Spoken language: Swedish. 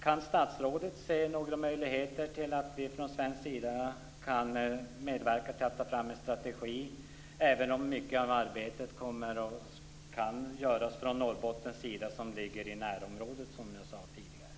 Kan statsrådet se några möjligheter att från svensk sida medverka till att ta fram en strategi, även om mycket av arbetet kan och kommer att göras från Norrbottens sida? Det ligger ju i närområdet, som jag sade tidigare.